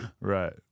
Right